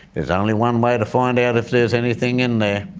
there's only one way to find out if there's anything in there.